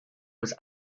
was